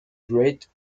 great